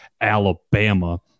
Alabama